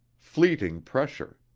fleeting pressure!